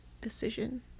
decision